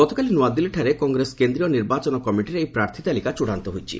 ଗତକାଲି ନୂଆଦିଲ୍ଲୀଠାରେ କଂଗ୍ରେସ କେନ୍ଦ୍ରୀୟ ନିର୍ବାଚନ କମିଟିରେ ଏହି ପ୍ରାର୍ଥୀ ତାଲିକା ଚୃଡ଼ାନ୍ତ ହୋଇଛି